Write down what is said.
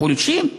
פולשים?